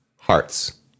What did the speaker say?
hearts